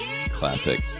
classic